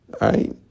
right